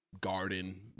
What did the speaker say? garden